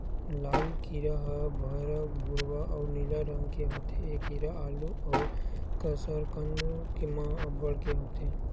लाल कीरा ह बहरा भूरवा अउ नीला रंग के होथे ए कीरा आलू अउ कसरकंद म अब्बड़ के होथे